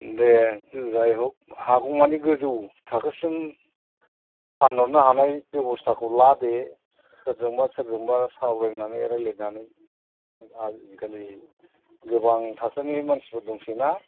दे जाय हक हागौमानि गोजौ थाखोसिम फानहरनो हानाय बेबस्थाखौ ला दे सोरजोंबा सोरजोंबा सावरायनानै रायलायनानै आजिखालि गोबां थाखोनि मानसिफोर दंसै ना